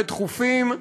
ודחופים,